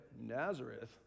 Nazareth